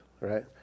right